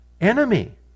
enemy